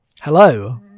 Hello